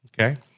Okay